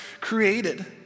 created